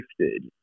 shifted